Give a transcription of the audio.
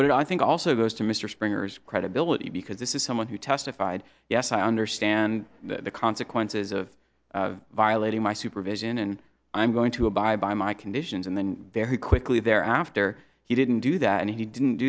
but i think also goes to mr springer's credibility because this is someone who testified yes i understand the consequences of violating my supervision and i'm going to abide by my conditions and then very quickly thereafter he didn't do that and he didn't